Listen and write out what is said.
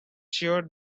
sure